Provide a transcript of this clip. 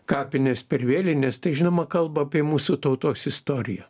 kapinės per vėlines tai žinoma kalba apie mūsų tautos istoriją